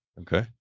Okay